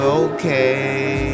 okay